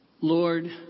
Lord